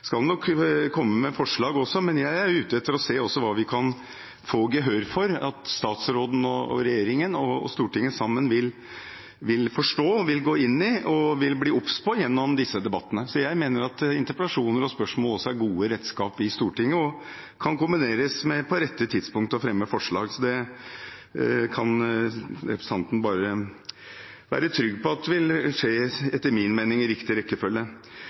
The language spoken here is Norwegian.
skal nok komme med forslag også. Men jeg er ute etter også å se på hva vi kan få gehør for, hva statsråden – regjeringen – og Stortinget sammen vil forstå, vil gå inn i og vil bli obs på gjennom disse debattene. Jeg mener at interpellasjoner og spørsmål også er gode redskaper i Stortinget, og de kan på rette tidspunkt kombineres med å fremme forslag. Så det kan representanten være trygg på at vil skje – etter min mening i riktig rekkefølge.